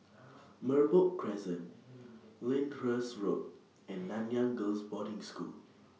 Merbok Crescent Lyndhurst Road and Nanyang Girls' Boarding School